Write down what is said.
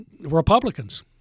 Republicans